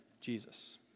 Jesus